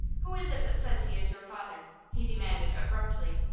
who is it that says he is your father? he demanded, abruptly.